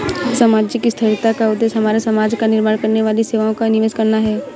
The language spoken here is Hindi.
सामाजिक स्थिरता का उद्देश्य हमारे समाज का निर्माण करने वाली सेवाओं का निवेश करना है